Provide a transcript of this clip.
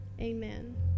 Amen